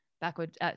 backward